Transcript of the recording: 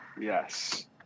Yes